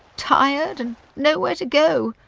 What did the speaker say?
tired, and nowhere to go.